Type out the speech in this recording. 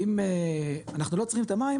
אם אנחנו לא צריכים את המים,